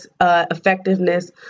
effectiveness